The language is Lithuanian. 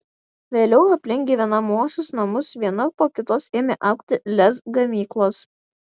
vėliau aplink gyvenamuosius namus viena po kitos ėmė augti lez gamyklos